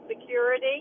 Security